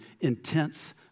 intense